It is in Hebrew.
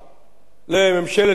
לממשלת ישראל,